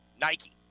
Nike